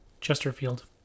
Chesterfield